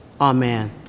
amen